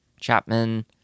Chapman